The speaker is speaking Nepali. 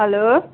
हेलो